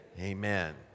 Amen